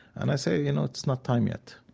and i say, you know, it's not time yet.